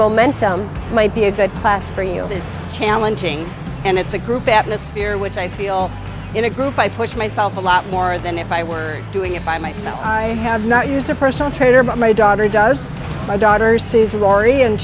momentum might be a good class for you is challenging and it's a group atmosphere which i feel in a group i push myself a lot more than if i were doing it by myself i have not used a personal trainer but my daughter does my daughter's says laurie and